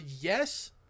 Yes